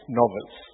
novels